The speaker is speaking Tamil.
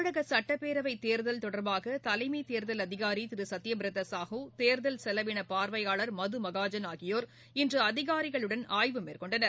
தமிழக சட்டப்பேரவைத்தேர்தல் தொடர்பாக தலைமைத்தேர்தல் அதிகாரி திரு சத்யபிரத சாஹூ தேர்தல் செலவின பார்வையாளர் மதுமகாஜன் ஆகியோர் இன்று அதிகாரிகளுடன் ஆய்வு மேற்கொண்டனர்